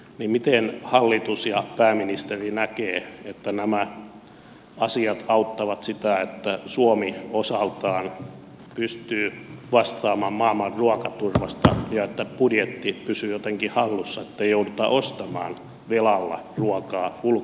miten hallitus ja pääministeri näkee että nämä asiat auttavat sitä että suomi osaltaan pystyy vastaamaan maailman ruokaturvasta ja että budjetti pysyy jotenkin hallussa ettei jouduta ostamaan velalla ruokaa ulkomailta suomalaisille